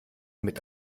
mit